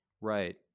right